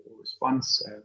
response